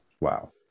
wow